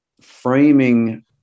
framing